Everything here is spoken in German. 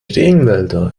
regenwälder